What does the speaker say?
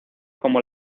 como